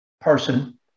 person